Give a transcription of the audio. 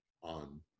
on